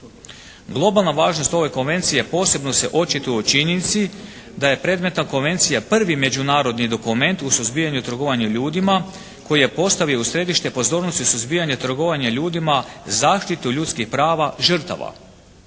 Globalna važnost ove Konvencije posebno se očituje u činjenici da je predmetna Konvencija prvi međunarodni dokument u suzbijanju trgovanja ljudima koji je postavio u središte pozornosti suzbijanje trgovanja ljudima zaštitu ljudskih prava žrtava.